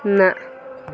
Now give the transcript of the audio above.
نہَ